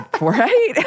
Right